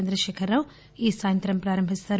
చంద్రశేఖరరావు ఈ సాయంత్రం ప్రారంభిస్తారు